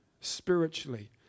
spiritually